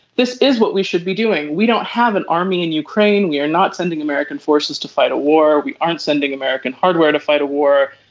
this is what we should be doing. we don't have an army in ukraine we are not sending american forces to fight a war. we aren't sending american hardware to fight a war.